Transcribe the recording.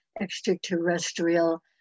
extraterrestrial